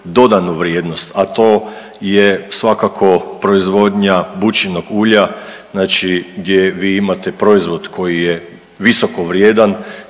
dodanu vrijednost, a to je svakako proizvodnja bućinog ulja, znači gdje vi imate proizvod koji je visoko vrijedan